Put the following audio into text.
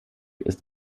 ist